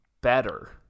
better